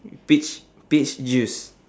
peach peach juice